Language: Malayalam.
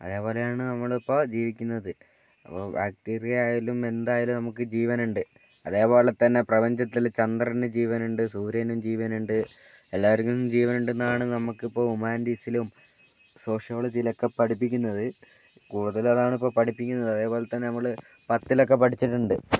അതുപോലെയാണ് നമ്മൾ ഇപ്പോൾ ജീവിക്കുന്നത് അപ്പോൾ ബാക്ടീരിയ ആയാലും എന്തായാലും നമുക്ക് ജീവനുണ്ട് അതുപോലെതന്നെ പ്രപഞ്ചത്തിൽ ചന്ദ്രനു ജീവനുണ്ട് സൂര്യനും ജീവനുണ്ട് എല്ലാവർക്കും ജീവനുണ്ടെന്നാണ് നമുക്ക് ഇപ്പോൾ ഹ്യൂമാനിറ്റീസിലും സോഷ്യോളജിയിലൊക്കെ പഠിപ്പിക്കുന്നത് കൂടുതലും അതാണിപ്പോൾ പഠിപ്പിക്കുന്നത് അതേപോലെതന്നെ നമ്മൾ പത്തിലൊക്കെ പഠിച്ചിട്ടുണ്ട്